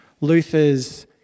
Luther's